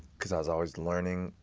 because i was always learning,